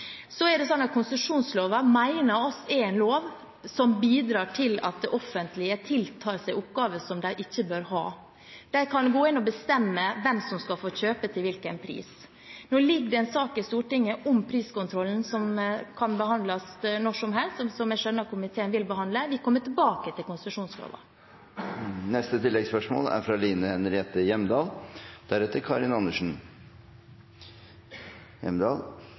at konsesjonsloven er en lov som bidrar til at det offentlige tiltar seg oppgaver som de ikke bør ha. De kan gå inn og bestemme hvem som skal få kjøpe, til hvilken pris. Nå ligger det en sak i Stortinget om priskontrollen, som kan behandles når som helst, og som jeg skjønner at komiteen vil behandle. Vi kommer tilbake til konsesjonsloven. Line Henriette Hjemdal